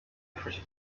yafashe